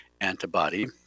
antibody